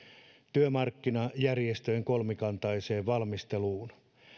työmarkkinajärjestöjen kolmikantaiseen valmisteluun